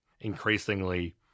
increasingly